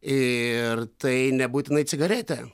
ir tai nebūtinai cigaretė